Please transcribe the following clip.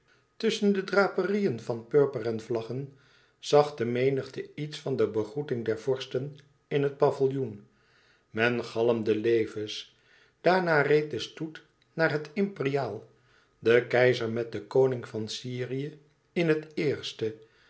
tusschen de draperieën van purper en vlaggen zag de menigte iets van de begroeting der vorsten in het paviljoen men galmde leve's daarna reed de stoet naar het imperiaal de keizer met den koning van syrië in het eerste